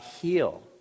heal